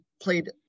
played